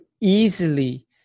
easily